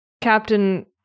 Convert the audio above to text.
Captain